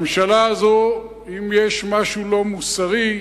בממשלה הזאת, אם יש משהו לא מוסרי,